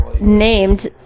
named